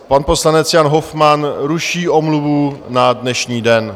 Pan poslanec Jan Hofmann ruší omluvu na dnešní den.